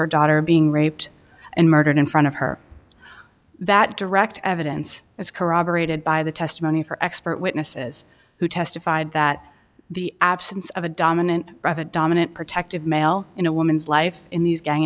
her daughter being raped and murdered in front of her that direct evidence is corroborated by the testimony for expert witnesses who testified that the absence of a dominant private dominant protective male in a woman's life in these gang